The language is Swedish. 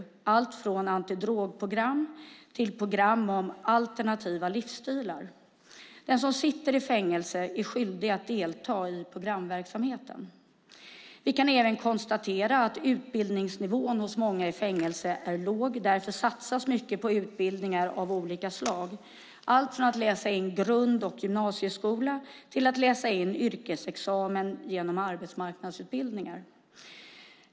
Det kan vara allt från antidrogprogram till program om alternativa livsstilar. Den som sitter i fängelse är skyldig att delta i programverksamheten. Vi kan även konstatera att utbildningsnivån hos många i fängelse är låg. Därför satsas det mycket på utbildningar av olika slag. Det handlar om allt från att läsa in grund och gymnasieskola till att läsa in yrkesexamen genom arbetsmarknadsutbildningar.